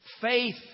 Faith